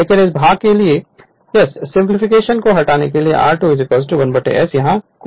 लेकिन इस भाग के लिए इस यस सिंपलीफिकेशन को हटाने पर आर r2 ' 1 s यहाँ कोर लॉस अल्फा को घटाया जाना चाहिए